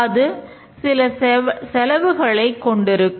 அது சில செலவுகளைக் கொண்டிருக்கும்